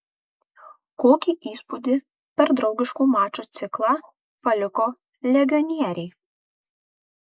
kokį įspūdį per draugiškų mačų ciklą paliko legionieriai